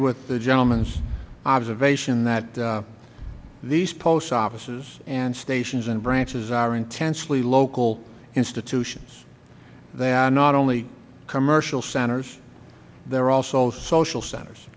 with the gentleman's observation that these post offices and stations and branches are intensely local institutions they are not only commercial centers they are also social centers